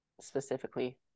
specifically